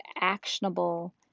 actionable